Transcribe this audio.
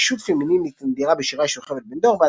רגישות פמינינית נדירה בשיריה של יוכבד בן-דור,